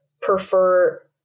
prefer